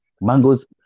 Mangoes